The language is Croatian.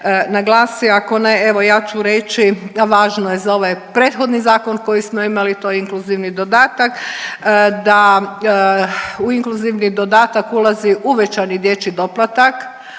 naglasi, ako ne, evo, ja ću reći, važno je za ovaj prethodni zakon koji smo imali, to je inkluzivni dodatak, da u inkluzivni dodatak ulazi uvećani dječji doplatak,